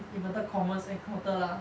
inverted commas encounter lah